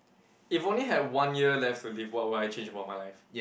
if only have one year left to live what would I change about my life